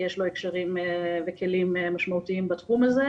יש לו הקשרים וכלים משמעותיים בתחום הזה,